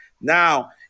Now